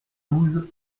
douze